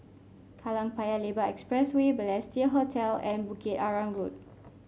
Kallang Paya Lebar Expressway Balestier Hotel and Bukit Arang Road